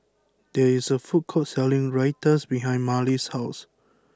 there is a food court selling Raita behind Marlys' house